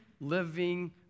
living